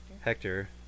Hector